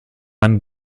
man